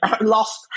lost